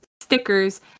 stickers